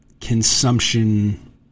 consumption